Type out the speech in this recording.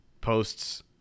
posts